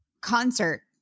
concert